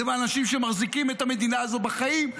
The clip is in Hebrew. הוא באנשים שמחזיקים את המדינה הזו בחיים.